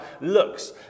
looks